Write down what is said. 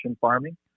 farming